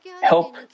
help